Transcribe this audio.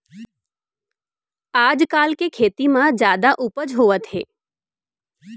आजकाल के खेती म जादा उपज होवत हे